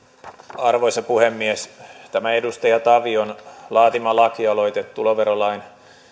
arvoisa puhemies tämä edustaja tavion laatima lakialoite tuloverolain